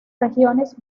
regiones